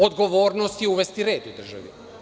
Odgovornost je uvesti red u državi.